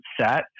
set